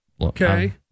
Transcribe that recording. Okay